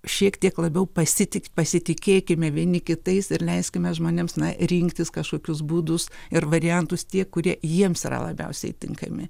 šiek tiek labiau pasitik pasitikėkime vieni kitais ir leiskime žmonėms na rinktis kažkokius būdus ir variantus tie kurie jiems yra labiausiai tinkami